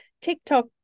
TikTok